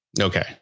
Okay